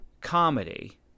comedy